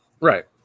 Right